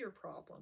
problem